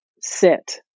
sit